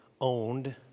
owned